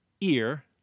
ear